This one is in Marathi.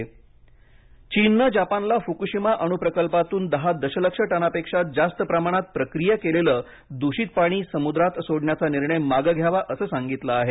चीन फकशिमा चीनने जपानला फुकुशिमा अणु प्रकल्पातून दहा दशलक्ष टनापेक्षा जास्त प्रमाणात प्रक्रिया केलेलं दूषित पाणी समुद्रात सोडण्याचा निर्णय मागे घ्यावा असं सांगितले आहे